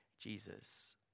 Jesus